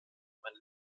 eine